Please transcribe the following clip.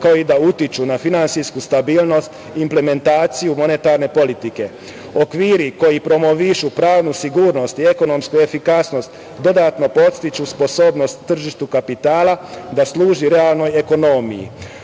kao i da utiču na finansijsku stabilnost i implementaciju monetarne politike. Okviri koji promovišu pravnu sigurnost i ekonomsku efikasnost dodatno podstiču sposobnost tržištu kapitala da služi realnoj ekonomiji. Utemeljena